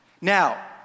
Now